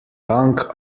gang